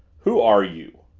who are you?